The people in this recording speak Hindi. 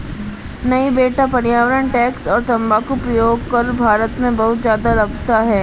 नहीं बेटा पर्यावरण टैक्स और तंबाकू प्रयोग कर भारत में बहुत ज्यादा लगता है